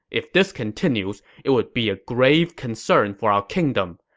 if this continues, it would be a grave concern for our kingdom.